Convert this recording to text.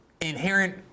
inherent